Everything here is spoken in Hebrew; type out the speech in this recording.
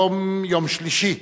יום שלישי,